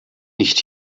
nicht